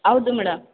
ಹೌದು ಮೇಡಮ್